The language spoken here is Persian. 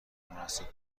مناسب